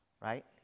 right